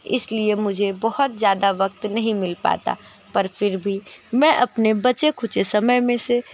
इसलिए मुझे बहुत ज्यादा वक़्त नहीं मिल पाता पर फ़िर भी अपने बचे खुचे समय में से